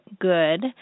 good